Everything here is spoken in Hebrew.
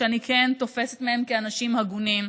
שאני כן תופסת אותם כאנשים הגונים: